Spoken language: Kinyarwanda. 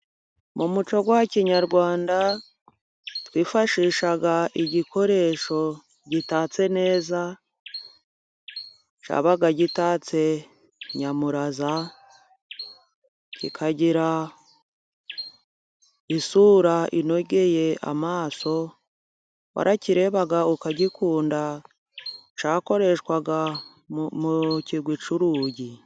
Mu muco wa kinyarwanda twifashishaga igikoresho gitatse neza. Cyabaga gitatse nyamuraza, kikagira isura inogeye amaso. Warakirebaga ukagikunda, cyakoreshwaga mu kigwi cy'urugi.